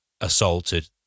assaulted